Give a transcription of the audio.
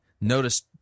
notice